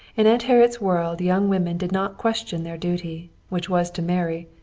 in aunt harriet's world young women did not question their duty, which was to marry,